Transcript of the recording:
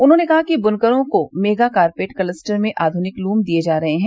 उन्होंने कहा कि बुनकरों को मेगा कारपेट कलस्टर में आध्निक लूम दिये जा रहे हैं